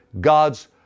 God's